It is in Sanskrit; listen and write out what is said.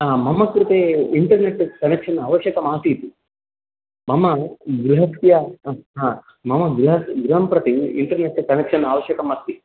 हा मम कृते इन्टेर्नेट् कनेक्षन् आवश्यकम् आसीत् मम गृहस्य हा मम गृह् गृहं प्रति इन्टेर्नेट् कनेक्षन् आवश्यकम् अस्ति